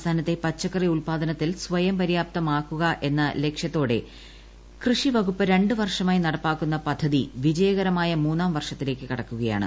സംസ്ഥാനത്തെ പച്ചക്കറി ഉൽപ്പാദനത്തിൽ സ്വയംപര്യാപ്തമാക്കുക എന്ന ലക്ഷ്യത്തോടെ കൃഷി വകുപ്പ് രണ്ടു വർഷമായി നടപ്പാക്കുന്ന പദ്ധതി വിജയകരമായ മൂന്നാം വർഷത്തിലേക്ക് കടക്കുകയാണ്